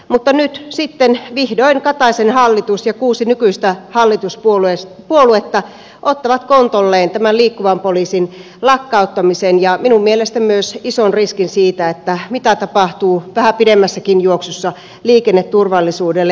mutta nyt sitten vihdoin kataisen hallitus ja kuusi nykyistä hallituspuoluetta ottavat kontolleen tämän liikkuvan poliisin lakkauttamisen ja minun mielestä myös ison riskin siitä mitä tapahtuu vähän pidemmässäkin juoksussa liikenneturvallisuudelle